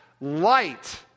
light